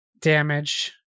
damage